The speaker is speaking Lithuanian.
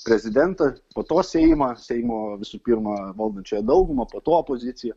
prezidentą po to seimą seimo visų pirma valdančiąją daugumą po to opoziciją